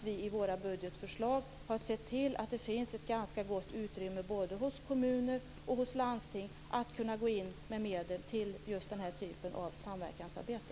I våra budgetförslag har vi sett till att det finns ett ganska gott utrymme hos både kommuner och landsting att kunna gå in med medel till just den här typen av samverkansarbete.